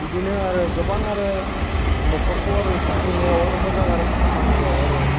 बिदिनो आरो गोबां आरो नखरखौ आरो सुफुंनायाव आरो मोजां आरो खामानियाव आरो